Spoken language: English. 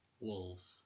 Wolves